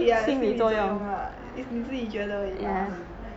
ya 心理作用 lah is 你自己觉得而已嘛